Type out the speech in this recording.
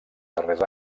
darrers